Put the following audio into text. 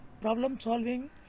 problem-solving